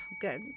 good